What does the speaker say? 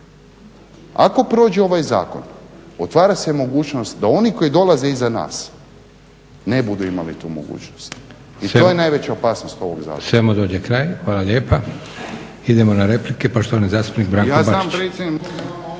Ako prođe ovaj zakon otvara se mogućnost da oni koji dolaze iza nas ne budu imali tu mogućnost i to je najveća opasnost ovog zakona.